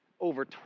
over